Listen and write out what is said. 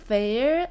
Fair